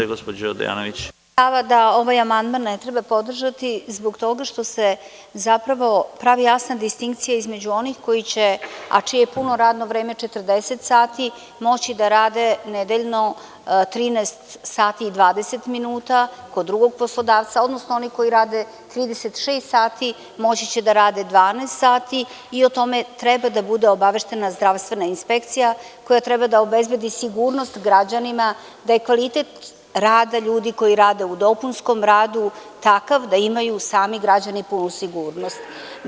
Ja sam takođe stava da ovaj amandman ne treba podržati zbog toga što se zapravo pravi jasna distinkcija između onih koji će, a čije je puno radno vreme 40 sati, moći da rade nedeljno 13 sati i 20 minuta kod drugog poslodavca, odnosno oni koji rade 36 sati moći će da rade 12 sati i o tome treba da bude obaveštena Zdravstvena inspekcija, koja treba da obezbedi sigurnost građanima da je kvalitet rada ljudi koji rade u dopunskom radu takav da imaju sami građani punu sigurnost.